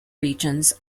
regions